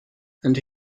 and